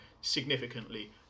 significantly